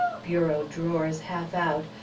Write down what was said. bureau drawers half out,